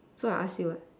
so I ask you ah